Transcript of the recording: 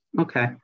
Okay